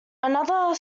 another